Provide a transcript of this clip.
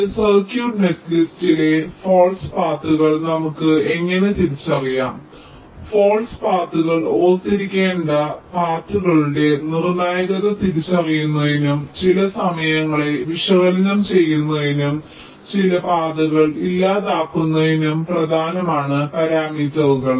ഒരു സർക്യൂട്ട് നെറ്റ്ലിസ്റ്റിലെ ഫാൾസ് പാത്തുകൾ നമുക്ക് എങ്ങനെ തിരിച്ചറിയാം ഫാൾസ് പാത്തുകൾഓർത്തിരിക്കേണ്ടത് പാഥുകളുടെ നിർണായകത തിരിച്ചറിയുന്നതിനും ചില സമയങ്ങളെ വിശകലനം ചെയ്യുന്നതിനും ചില പാതകൾ ഇല്ലാതാക്കുന്നതിനും പ്രധാനമാണ് പരാമീറ്ററുകളും